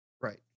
Right